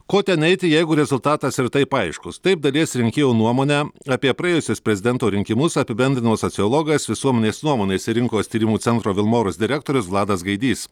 ko ten eiti jeigu rezultatas ir taip aiškus taip dalies rinkėjų nuomonę apie praėjusius prezidento rinkimus apibendrino sociologas visuomenės nuomonės ir rinkos tyrimų centro vilmorus direktorius vladas gaidys